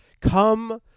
come